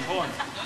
נכון.